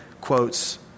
quotes